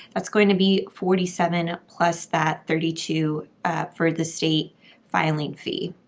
that's gonna be forty seven plus that thirty two for the state filing fee.